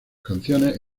canciones